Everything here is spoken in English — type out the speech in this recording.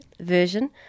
version